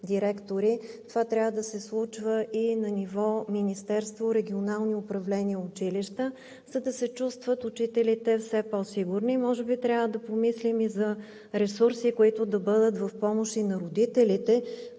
това трябва да се случва и на ниво Министерство, регионални управления, училища, за да се чувстват учителите все по-сигурни. Може би трябва да помислим за ресурси, които да бъдат в помощ и на родителите,